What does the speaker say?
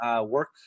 work